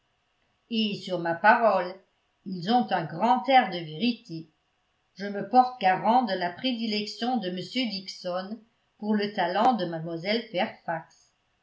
et sur ma parole ils ont un grand air de vérité je me porte garant de la prédilection de m dixon pour le talent de mlle fairfax